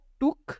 took